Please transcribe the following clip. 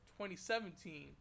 2017